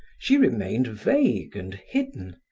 she remained vague and hidden,